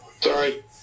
sorry